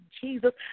Jesus